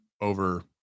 over